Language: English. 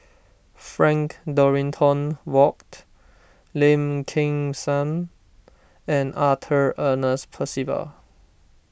Frank Dorrington Ward Lim Kim San and Arthur Ernest Percival